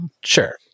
Sure